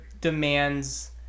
demands